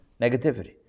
Negativity